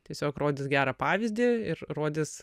tiesiog rodys gerą pavyzdį ir rodys